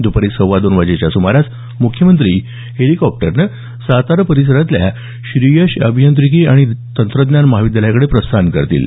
दपारी सव्वा दोन वाजेच्या सुमारास मुख्यमंत्री हेलीकॉप्टरने सातारा परिसरातल्या श्रीयश अभियांत्रिकी आणि तंत्रज्ञान महाविद्यालयाकडे प्रस्थान करतील